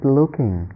looking